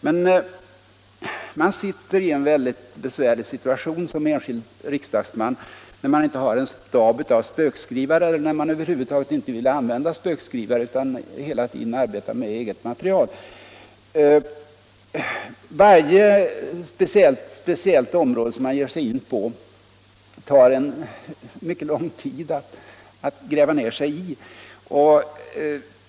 Men man sitter i en synnerligen besvärlig situation som enskild riksdagsman, när man inte har en stab av spökskrivare eller över huvud taget inte vill använda sådana utan hela tiden arbetar med eget material. Det tar mycket lång tid att ”gräva ner sig” i varje speciellt ämne som man ger sig in på.